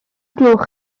gloch